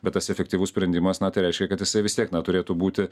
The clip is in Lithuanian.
bet tas efektyvus sprendimas na tai reiškia kad jisai vis tiek na turėtų būti